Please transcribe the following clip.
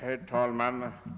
Herr talman!